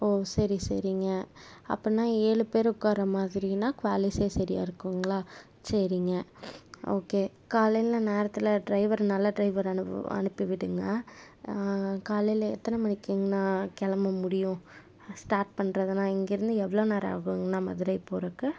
ஓ சரி சரிங்க அப்புடின்னா ஏழு பேரு உட்கார மாதிரினால் குவாலிஸ்ஸே சரியா இருக்குங்களா சரிங்க ஓகே காலையில் நேரத்தில் டிரைவரு நல்ல டிரைவர் அனுப்பு அனுப்பி விடுங்க காலையில் எத்தனை மணிக்கிங்கணா கிளம்ப முடியும் ஸ்டார்ட் பண்ணுறதுனா இங்கே இருந்து எவ்வளோ நேரம் ஆகுங்கணா மதுரை போறதுக்கு